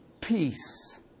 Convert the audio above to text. peace